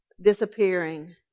disappearing